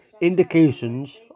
Indications